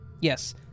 Yes